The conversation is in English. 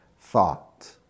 thought